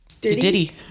Diddy